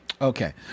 Okay